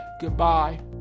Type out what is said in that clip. Goodbye